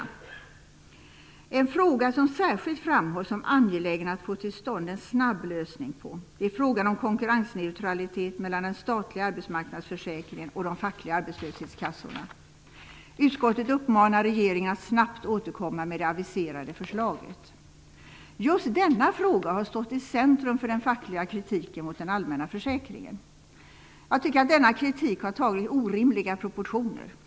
Det finns ett problem som särskilt framhålls som angeläget att få till stånd en snabb lösning på. Det gäller frågan om konkurrensneutralitet mellan den statliga arbetsmarknadsförsäkringen och de fackliga arbetslöshetskassorna. Utskottet uppmanar regeringen att snabbt återkomma med det aviserade förslaget. Just denna fråga har stått i centrum för den fackliga kritiken mot den allmänna försäkringen. Jag tycker att denna kritik har antagit orimliga proportioner.